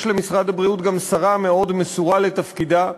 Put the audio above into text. יש למשרד הבריאות גם שרה מאוד מסורה לתפקידה,